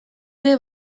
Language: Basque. ere